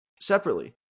separately